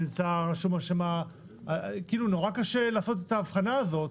מאוד קשה לעשות את ההבחנה הזאת,